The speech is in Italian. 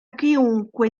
chiunque